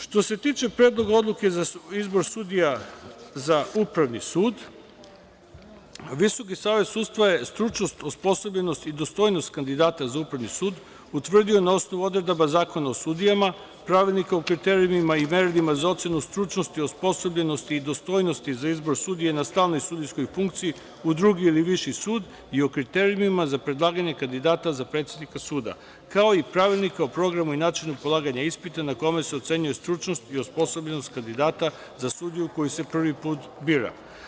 Što se tiče Predloga odluke za izbor sudija za Upravni sud, Visoki savet sudstva je stručnost, osposobljenost i dostojnost kandidata za Upravni sud utvrdio na osnovu odredaba Zakona o sudijama, Pravilnika o kriterijumima i merilima za ocenu stručnosti, osposobljenosti i dostojnosti za izbor sudije na stalnoj sudijskoj funkciji u Drugi ili Viši sud i o kriterijumima za predlaganje kandidata za predsednika suda, kao i Pravilnika o programu i načinu polaganja ispita na kome se ocenjuju stručnost i osposobljenost kandidata za sudiju koji se prvi put bira.